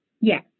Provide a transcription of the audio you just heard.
Yes